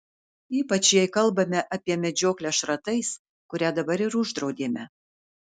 ypač jei kalbame apie medžioklę šratais kurią dabar ir uždraudėme